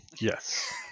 yes